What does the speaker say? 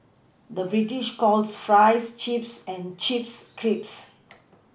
the British calls Fries Chips and Chips Crisps